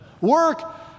Work